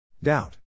Doubt